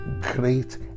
great